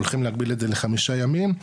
הולכים להגביל אותם לחמישה ימים,